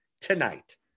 tonight